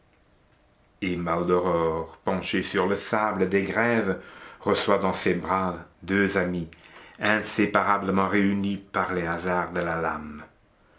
et maldoror penché sur le sable des grèves reçoit dans ses bras deux amis inséparablement réunis par les hasards de la lame